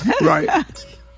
Right